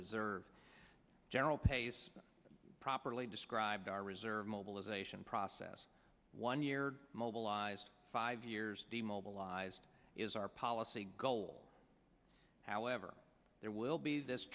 reserve general pace properly described our reserve mobilization process one year mobilized five years the mobilized is our policy goal however there will be this